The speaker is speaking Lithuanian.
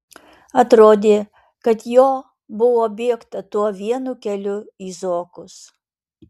atrodė kad jo buvo bėgta tuo vienu keliu į zokus